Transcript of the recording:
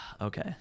Okay